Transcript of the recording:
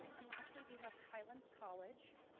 and lastly, we have highlands college.